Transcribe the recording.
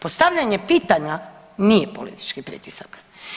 Postavljanje pitanja nije politički pritisak.